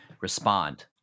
respond